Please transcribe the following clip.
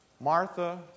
Martha